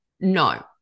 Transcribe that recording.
no